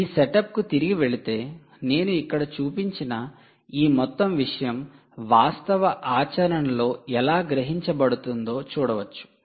ఈ సెటప్కు తిరిగి వెళితే నేను ఇక్కడ చూపించిన ఈ మొత్తం విషయం వాస్తవ ఆచరణలో ఎలా గ్రహించబడుతుందో చూడవచ్చు